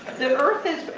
the earth is,